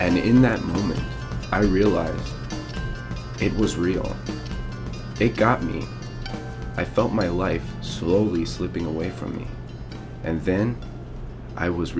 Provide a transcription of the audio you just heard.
and in that moment i realized it was real they got me i felt my life slowly slipping away from me and then i was